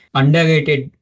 underrated